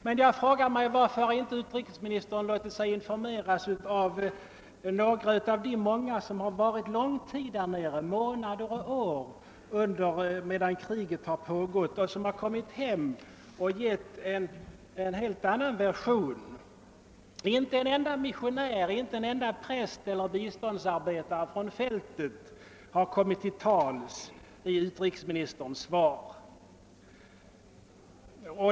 Men jag frågar mig varför utrikesministern inte har låtit sig informeras av några av de många som under lång tid besökt landet, medan kriget har pågått och som efter sin hemkomst har givit en helt annan version. Inte en enda missionär, inte en enda präst eller biståndsarbetare från fältet har kommit till tals i utrikesministerns svar.